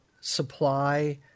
supply